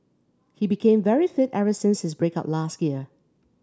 he became very fit ever since his break up last year